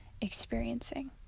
experiencing